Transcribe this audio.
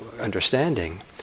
understanding